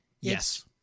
yes